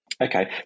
Okay